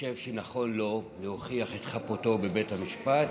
חושב שנכון לו להוכיח את חפותו בבית המשפט